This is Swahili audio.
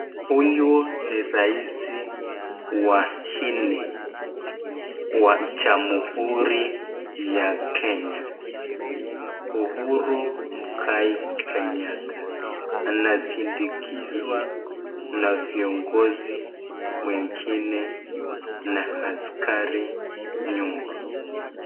Huyu ni raisi wa nne wa jamhuri ya Kenya Uhuru mwikai Kenyatta anazindikizwa na viongozi wengine na askari nyuma.